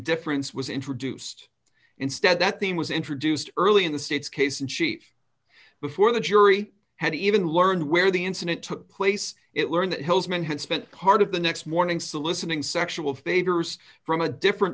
indifference was introduced instead that theme was introduced early in the state's case in chief before the jury had even learned where the incident took place it learned that hill's man had spent part of the next morning soliciting sexual favors from a different